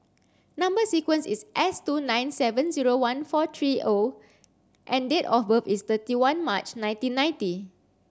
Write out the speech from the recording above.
number sequence is S two nine seven zero one four three O and date of birth is thirty one March nineteen ninety